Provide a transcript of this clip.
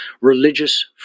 religious